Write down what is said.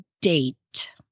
date